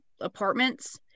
apartments